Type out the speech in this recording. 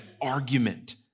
argument